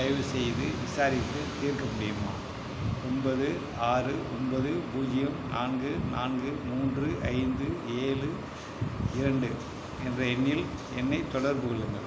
தயவு செய்து விசாரித்து தீர்க்க முடியுமா ஒன்பது ஆறு ஒன்பது பூஜ்ஜியம் நான்கு நான்கு மூன்று ஐந்து ஏழு இரண்டு என்ற எண்ணில் என்னைத் தொடர்பு கொள்ளுங்கள்